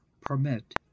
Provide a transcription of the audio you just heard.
PERMIT